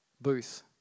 booth